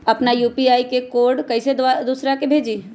अपना यू.पी.आई के कोड कईसे दूसरा के भेजी?